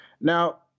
Now